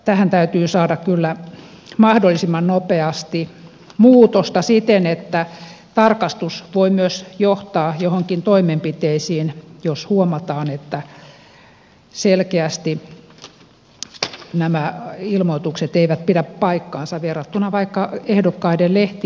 tähän täytyy saada kyllä mahdollisimman nopeasti muutosta siten että tarkastus voi myös johtaa joihinkin toimenpiteisiin jos huomataan että selkeästi nämä ilmoitukset eivät pidä paikkaansa verrattuna vaikka ehdokkaiden lehti ilmoitukseen